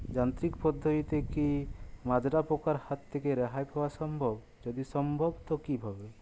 যান্ত্রিক পদ্ধতিতে কী মাজরা পোকার হাত থেকে রেহাই পাওয়া সম্ভব যদি সম্ভব তো কী ভাবে?